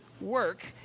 work